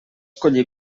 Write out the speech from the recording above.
collir